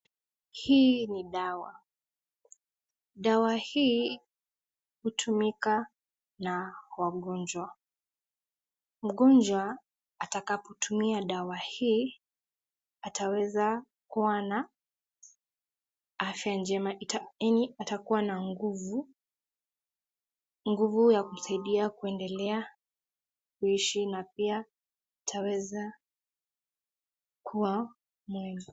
Hii ni dawa. Dawa hii hutumika na wagonjwa. Mgonjwa atakapotumia dawa hii, ataweza kuwa na afya njema, yaani atakuwa na nguvu ya kumsaidia kuendelea kuishi na pia ataweza kuwa mwema.